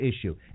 issue